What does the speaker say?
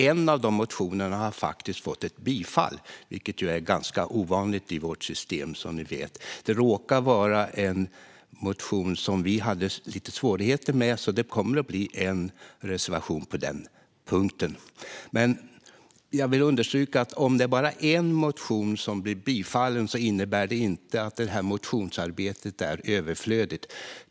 En av de motionerna har faktiskt bifallits, vilket är ganska ovanligt i vårt system, som ni vet. Det råkar vara en motion som vi hade en del svårigheter med, så det kommer att bli en reservation på den punkten. Jag vill understryka att det faktum att bara en motion har bifallits inte innebär att motionsarbetet är överflödigt.